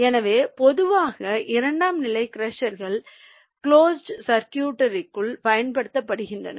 எனவே பொதுவாக இரண்டாம் நிலை க்ரஷர்கள் கிளோஸ்ட் சர்குய்ட்களில் பயன்படுத்தப்படுகின்றன